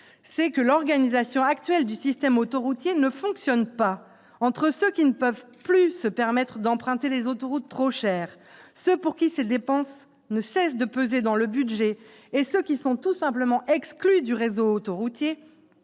c'est que l'organisation actuelle du système autoroutier ne fonctionnait pas : entre ceux qui ne peuvent se permettre d'emprunter les autoroutes trop chères, ceux pour qui ces dépenses ne cessent de peser dans le budget et ceux qui sont tout simplement exclus du réseau autoroutier,